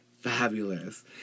Fabulous